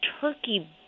Turkey